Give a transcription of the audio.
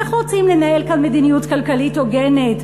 איך רוצים לנהל כאן מדיניות כלכלית הוגנת,